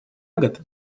год